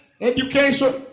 education